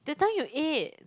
that time you ate